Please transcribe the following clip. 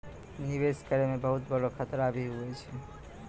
निवेश करै मे बहुत बड़ो खतरा भी हुवै छै